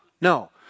no